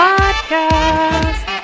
Podcast